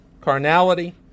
carnality